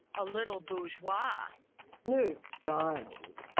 a little bourgeois no style.